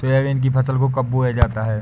Soybean की फसल को कब बोया जाता है?